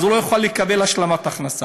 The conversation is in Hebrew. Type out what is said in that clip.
אז הוא לא יוכל לקבל השלמת הכנסה.